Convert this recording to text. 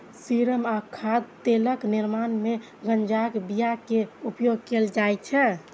serum आ खाद्य तेलक निर्माण मे गांजाक बिया के उपयोग कैल जाइ छै